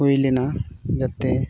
ᱦᱩᱭ ᱞᱮᱱᱟ ᱡᱟᱛᱮ